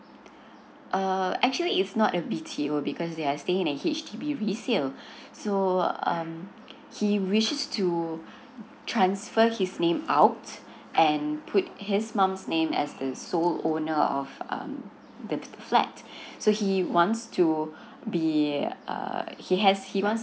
uh actually it's not a B T O because they are staying in H_D_B so um he wishes to transfer his name out and put his mom's name as the sole owner of um the flat so he wants to be uh he has he wants